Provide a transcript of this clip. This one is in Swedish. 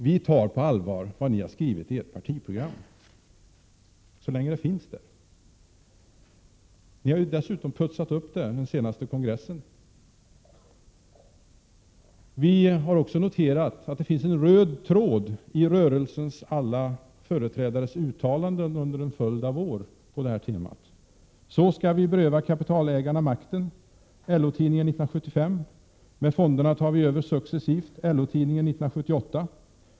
Så länge som det som ni har skrivit i ert partiprogram står kvar där tar vi det på allvar. Ni har dessutom putsat upp det på den senaste kongressen. Vi har också noterat att det finns en röd tråd i uttalandena på detta tema från rörelsens alla företrädare under en följd av år: ”Så ska vi beröva kapitalägarna makten” . ”Med fonderna tar vi över successivt” .